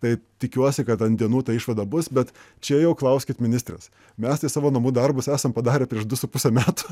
taip tikiuosi kad ant dienų ta išvada bus bet čia jau klauskit ministrės mes tai savo namų darbus esam padarę prieš du su puse metų